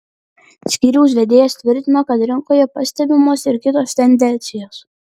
skyriaus vedėjas tvirtino kad rinkoje pastebimos ir kitos tendencijos